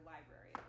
Library